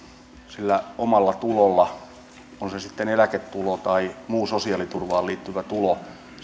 sillä omalla tulolla on se sitten eläketulo tai muu sosiaaliturvaan liittyvä tulo